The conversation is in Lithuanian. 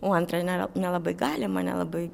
o antra nėra nelabai galima nelabai